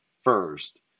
first